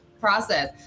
process